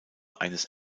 eines